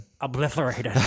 Obliterated